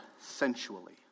sensually